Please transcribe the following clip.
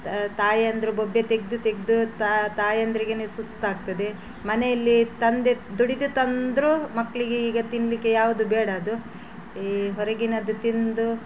ತಾಯಂದಿರು ಬೊಬ್ಬೆ ತೆಗೆದು ತೆಗೆದು ತಾಯಂದ್ರಿಗೆ ಸುಸ್ತಾಗ್ತದೆ ಮನೆಯಲ್ಲಿ ತಂದೆ ದುಡಿದು ತಂದರು ಮಕ್ಕಳಿಗೆ ಈಗ ತಿನ್ನಲಿಕ್ಕೆ ಯಾವ್ದೂ ಬೇಡ ಅದು ಈ ಹೊರಗಿನದ್ದು ತಿಂದು